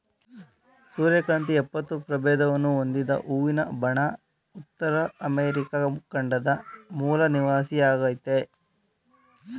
ಸೂರ್ಯಕಾಂತಿ ಎಪ್ಪತ್ತು ಪ್ರಭೇದವನ್ನು ಹೊಂದಿದ ಹೂವಿನ ಬಣ ಉತ್ತರ ಅಮೆರಿಕ ಖಂಡದ ಮೂಲ ನಿವಾಸಿಯಾಗಯ್ತೆ